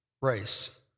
race